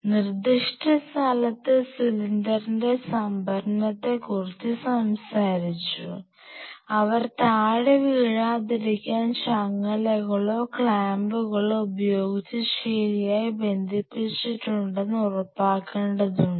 നിർദ്ദിഷ്ട സ്ഥലത്ത് സിലിണ്ടറിന്റെ സംഭരണത്തെക്കുറിച്ച് സംസാരിച്ചു അവർ താഴെ വീഴാതിരിക്കാൻ ചങ്ങലകളോ ക്ലാമ്പുകളോ ഉപയോഗിച്ച് ശരിയായി ബന്ധിപ്പിച്ചിട്ടുണ്ടെന്ന് ഉറപ്പാക്കേണ്ടതുണ്ട്